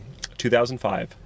2005